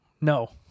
No